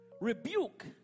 Rebuke